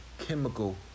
Chemical